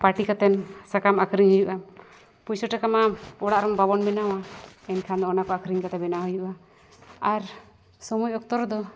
ᱯᱟᱹᱴᱤ ᱠᱟᱛᱮᱫ ᱥᱟᱠᱟᱢ ᱟᱹᱠᱷᱨᱤᱧ ᱦᱩᱭᱩᱜᱼᱟ ᱯᱩᱭᱥᱟᱹ ᱴᱟᱠᱟᱢᱟ ᱚᱲᱟᱜ ᱨᱮ ᱵᱟᱵᱚᱱ ᱵᱮᱱᱟᱣᱟ ᱮᱱᱠᱷᱟᱱ ᱚᱱᱟᱠᱚ ᱟᱹᱠᱷᱨᱤᱧ ᱠᱟᱛᱮᱫ ᱵᱮᱱᱟᱣ ᱦᱩᱭᱩᱜᱼᱟ ᱟᱨ ᱥᱚᱢᱚᱭ ᱚᱠᱛᱚ ᱨᱮᱫᱚ